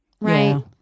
Right